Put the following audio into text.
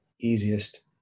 easiest